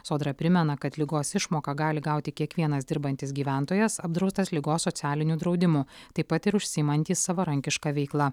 sodra primena kad ligos išmoką gali gauti kiekvienas dirbantis gyventojas apdraustas ligos socialiniu draudimu taip pat ir užsiimantys savarankiška veikla